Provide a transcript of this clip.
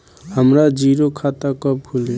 हमरा जीरो खाता कब खुली?